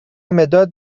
مداد